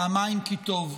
פעמיים כי טוב.